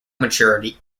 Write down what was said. maturity